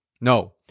No